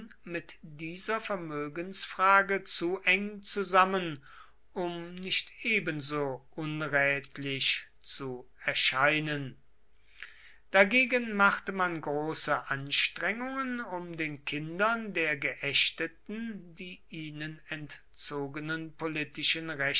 mit dieser vermögensfrage zu eng zusammen um nicht ebenso unrätlich zu erscheinen dagegen machte man große anstrengungen um den kindern der geächteten die ihnen entzogenen politischen